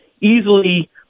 easily